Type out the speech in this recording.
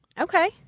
Okay